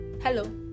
hello